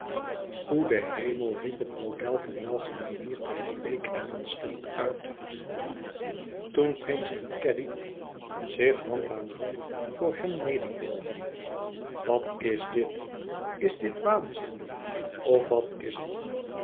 goede hemel riep het model van welgemanierdheid bleek en ontsteld uit toen prince en caddy zich hand aan hand voor hem nederbogen wat is dit is dit waanzin of wat is het